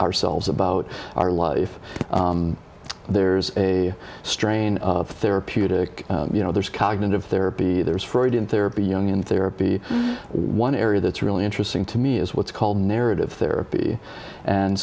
ourselves about our life there's a strain therapeutic you know there's cognitive therapy there's freud in therapy young in therapy one area that's really interesting to me is what's called narrative therapy and